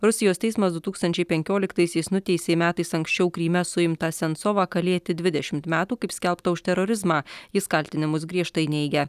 rusijos teismas du tūkstančiai penkioliktaisiais nuteisė metais anksčiau kryme suimtą sensovą kalėti dvidešimt metų kaip skelbta už terorizmą jis kaltinimus griežtai neigia